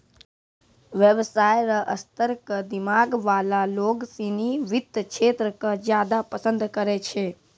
व्यवसाय र स्तर क दिमाग वाला लोग सिनी वित्त क्षेत्र क ज्यादा पसंद करै छै